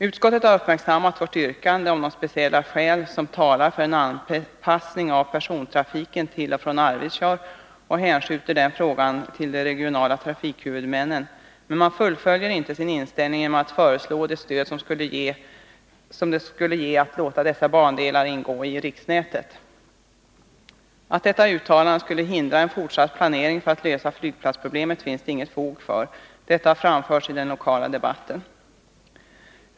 Utskottet har uppmärksammat vårt yrkande och de speciella skäl som talar för en anpassning av persontrafiken till och från Arvidsjaur och hänskjuter den frågan till de regionala trafikhuvudmännen. Men utskottet fullföljer inte sin inställning genom att föreslå det stöd det skulle innebära att låta dessa bandelar ingå i riksnätet. Att ett sådant uttalande skulle hindra en fortsatt planering för att lösa flygplatsproblemet — vilket har framförts i den lokala debatten — finns det inget fog för att påstå.